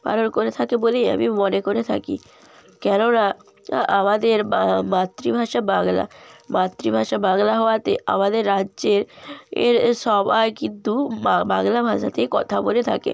পালন করে থাকে বলেই আমি মনে করে থাকি কেননা আমাদের মাতৃভাষা বাংলা মাতৃভাষা বাংলা হওয়াতে আমাদের রাজ্যের এর সবাই কিন্তু বাংলা ভাষাতেই কথা বলে থাকে